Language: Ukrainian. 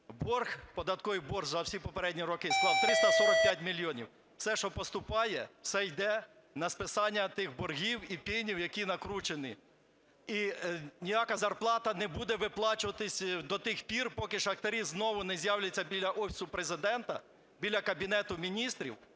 Борг, податковий борг за всі попередні роки склав 345 мільйонів. Все, що поступає, все йде на списання тих боргів і пені, які накручені, і ніяка зарплата не буде виплачуватись до тих пір, поки шахтарі знову не з'являться біля Офісу Президента, біля Кабінету Міністрів.